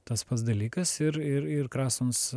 tas pats dalykas ir ir ir krasons